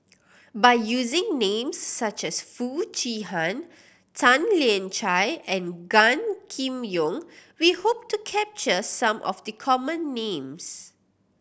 by using names such as Foo Chee Han Tan Lian Chye and Gan Kim Yong we hope to capture some of the common names